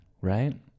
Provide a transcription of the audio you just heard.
Right